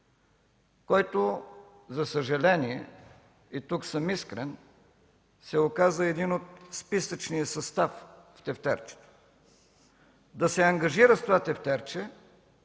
който, за съжаление, и тук съм искрен, се оказа един от списъчния състав в тефтерчето. Да се ангажира с това тефтерче,